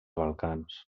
balcans